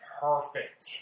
perfect